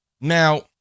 Now